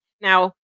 Now